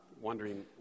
wondering